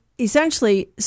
essentially